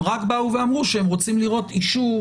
הם רק באו ואמרו שהם רוצים לראות אישור